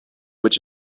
which